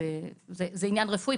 זה עניין רפואי,